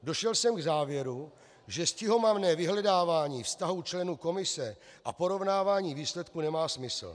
Došel jsem k závěru, že stihomamné vyhledávání vztahů členů komise a porovnávání výsledků nemá smysl.